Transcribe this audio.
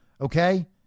Okay